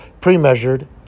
pre-measured